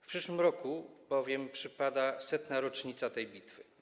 W przyszłym roku bowiem przypada setna rocznica tej bitwy.